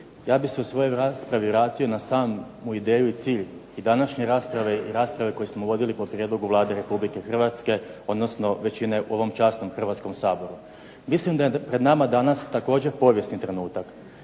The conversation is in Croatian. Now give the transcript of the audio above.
Ja bih se u svojoj raspravi vratio na samu ideju i cilj i današnje rasprave koju smo vodili po prijedlogu Vlade Republike Hrvatske, odnosno većine u ovom časnom Hrvatskom saboru. Mislim da je pred nama danas također povijesni trenutak,